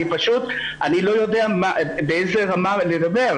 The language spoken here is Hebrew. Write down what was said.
אני לא יודע באיזו רמה לדבר,